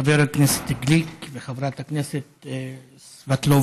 חבר הכנסת גליק וחברת הכנסת סבטלובה.